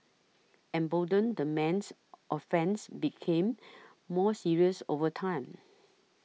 emboldened the man's offences became more serious over time